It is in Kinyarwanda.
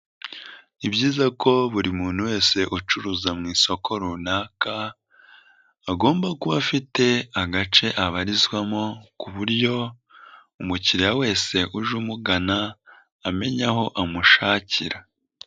Ni byiza ko buri muntu wese ucuruza mu isoko runaka, agomba kuba afite agace abarizwamo, ku buryo umukiriya wese uje umugana, amenya aho amushakira.